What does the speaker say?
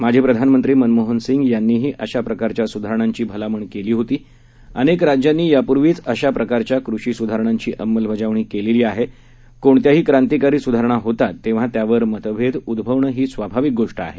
माजी प्रधानमंत्री मनमोहनसिंग यांनीही अशा प्रकारच्या सुधारणांची भलामण केली होती अनेक राज्यांनी यापूर्वीच अशा प्रकारच्या कृषीसुधारणांची अंमलबजावणी केलेली आहे कोणत्याही क्रांतीकारी सुधारणा होतात तेव्हा त्यावर मतभेद उद्भवणं ही स्वाभाविक गोष्ट आहे